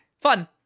fun